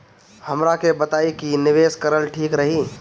हमरा के बताई की निवेश करल ठीक रही?